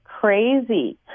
crazy